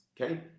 Okay